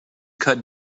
cut